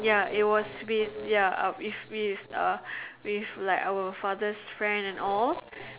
ya it was with ya uh it with uh with our like father's friend and all